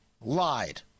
lied